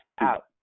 out